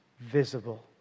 visible